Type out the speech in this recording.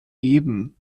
eben